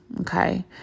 okay